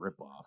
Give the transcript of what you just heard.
ripoff